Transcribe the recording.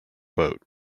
boat